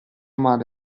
male